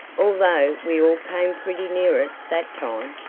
although we all came pretty near it that time.